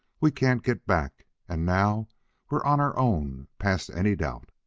we can't get back! and now we're on our own past any doubt!